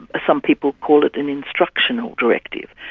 some people call it an instructional directive,